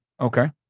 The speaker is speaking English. Okay